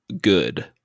good